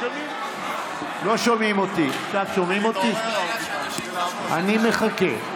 אני מחכה.